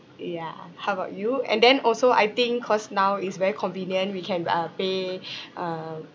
yeah how about you and then also I think cause now is very convenient we can uh pay uh